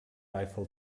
eiffel